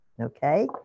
Okay